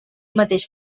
mateix